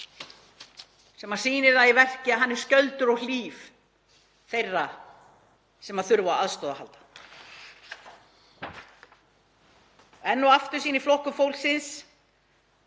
sem sýnir það í verki að hann er skjöldur og hlíf þeirra sem þurfa á aðstoð að halda. Enn og aftur sýnir Flokkur fólksins